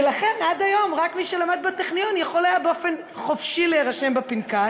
ולכן עד היום רק מי שלמד בטכניון יכול היה באופן חופשי להירשם בפנקס,